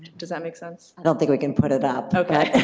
does that make sense? i don't think we can put it up. okay.